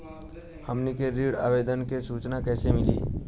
हमनी के ऋण आवेदन के सूचना कैसे मिली?